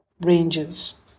ranges